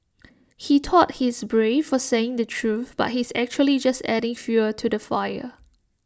he thought he's brave for saying the truth but he's actually just adding fuel to the fire